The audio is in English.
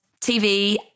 TV